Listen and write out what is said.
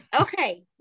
Okay